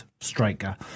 striker